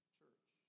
church